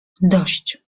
dość